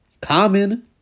Common